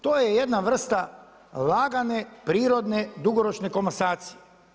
To je jedna vrsta lagane prirodne dugoročne komasacije.